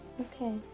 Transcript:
Okay